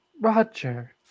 Roger